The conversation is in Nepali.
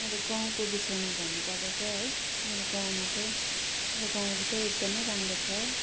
मेरो गाउँको विषयमा भन्नुपर्दा चाहिँ है मेरो गाउँमा चाहिँ मेरो गाउँ चाहिँ एकदमै राम्रो छ